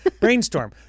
Brainstorm